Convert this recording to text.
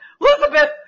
Elizabeth